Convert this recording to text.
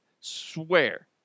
swear